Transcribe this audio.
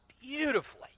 beautifully